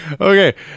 Okay